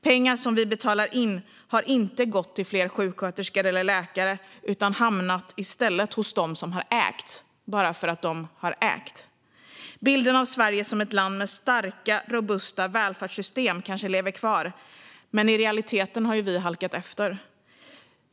Pengar som vi har betalat in har inte gått till fler sjuksköterskor eller läkare utan har i stället hamnat hos dem som ägt bara för att de har ägt. Bilden av Sverige som ett land med starka och robusta välfärdssystem kanske lever kvar, men i realiteten har vi halkat efter.